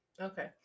okay